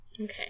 Okay